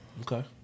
Okay